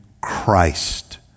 Christ